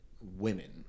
women